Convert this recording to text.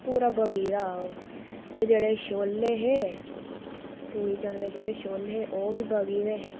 पूरा बगी दा हा ओह् ते जेह्ड़े छोल्ले हे पूड़ी चने दे जेह्ड़े छोल्ले हे ओह् बी बगी दे हे